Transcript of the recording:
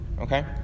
Okay